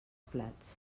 plats